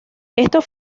estos